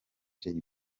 jay